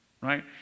Right